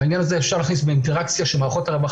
בעניין הזה אפשר להכניס באינטראקציה שמערכות הרווחה